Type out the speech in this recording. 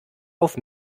auf